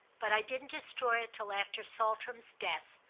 but i didn't destroy it till after saltram's death,